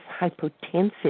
hypotensive